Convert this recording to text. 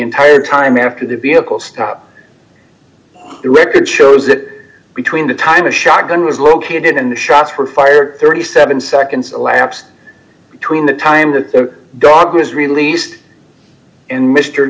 entire time after the vehicle stop the record shows that between the time a shot gun was located and shots were fired thirty seven seconds elapsed between the time that the dog was released and mr